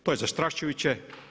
To je zastrašujuće.